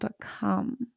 become